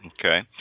Okay